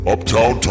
Uptown